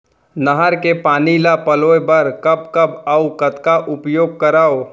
नहर के पानी ल पलोय बर कब कब अऊ कतका उपयोग करंव?